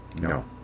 No